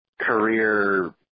career